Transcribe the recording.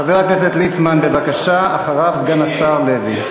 חבר הכנסת, סגן השר לוי, אני